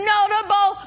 Notable